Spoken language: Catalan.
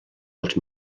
els